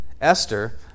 Esther